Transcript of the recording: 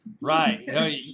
Right